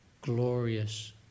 glorious